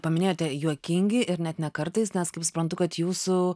paminėjote juokingi ir net ne kartais nes kaip suprantu kad jūsų